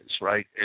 right